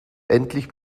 endlich